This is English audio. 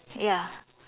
ya